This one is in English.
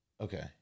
Okay